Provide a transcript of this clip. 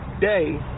day